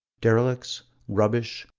derelicts, rubbish,